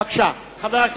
בבקשה.